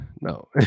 no